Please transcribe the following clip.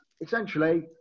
essentially